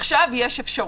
עכשיו יש אפשרות,